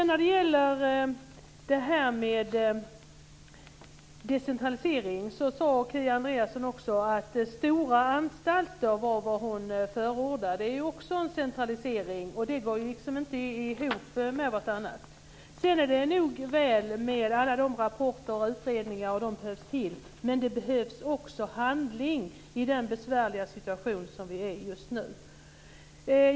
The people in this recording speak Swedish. När det gäller frågan om decentralisering sade Kia Andreasson att stora anstalter var vad hon förordade. Det är också en centralisering. Det går inte ihop med vartannat. Det är nog väl med alla rapporter och utredningar. De behövs. Men det behövs också handling i den besvärliga situation vi just nu är i.